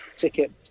ticket